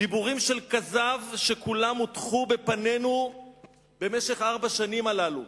דיבורים של כזב שכולם הוטחו בפנינו במשך ארבע השנים הללו,